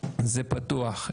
וזה פתוח.